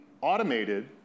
automated